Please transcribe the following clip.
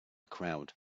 crowd